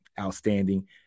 outstanding